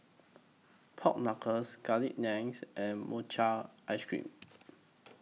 Pork Knuckles Garlic Naans and Mochi Ice Cream